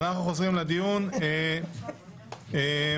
אני מתכבד לפתוח את ישיבת ועדת הכנסת.